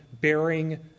bearing